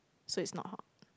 so it's not hot